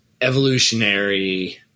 evolutionary